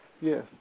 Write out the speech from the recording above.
Yes